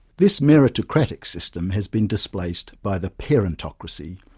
this meritocratic system has been displaced by the parentocracy,